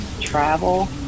travel